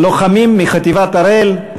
לוחמים מחטיבת הראל,